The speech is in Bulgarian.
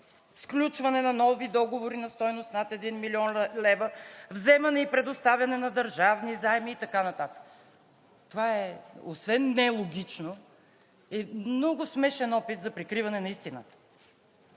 сключване на нови договори на стойност над 1 млн. лв., вземане и предоставяне на държавни заеми и така нататък. Това, освен нелогично, е много смешен опит за прикриване на истината,